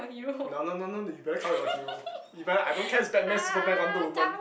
no no no no you better come up with a hero you better I don't care if it's Batman Superman Wonder-Woman